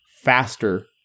faster